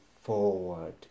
forward